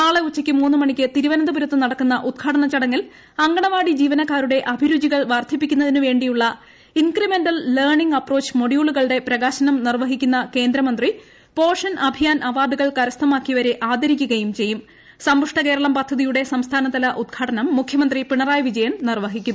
നാളെ ഉച്ചയ്ക്ക് മൂന്നു മണിക്ക് തിരുവനന്തപുരത്ത് നടക്കുന്ന ഉദ്ഘാടനച്ചടങ്ങിൽ അങ്കണവാടി അീവനക്കാരുടെ അഭിരുചികൾ വർധിപ്പിക്കുന്നിന് വേിയുള്ള ഇംക്രിമെന്റൽ ലേണിംഗ് അപ്രോച്ച് മൊഡ്യൂളുകളുടെ പ്രകാശ്നം നിർവഹിക്കുന്ന കേന്ദ്ര മന്ത്രി പോഷൻ അഭിയാൻ ആദരിക്കുകയും ചെയ്യും സമ്പുഷ്ട കേരളം പദ്ധതിയുടെ സംസ്ഥാന തല ഉദ്ഘാടനം മുഖ്യമന്ത്രി പിണ്റായി വിജയൻ നിർവഹിക്കും